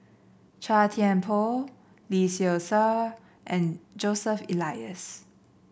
Chua Thian Poh Lee Seow Ser and Joseph Elias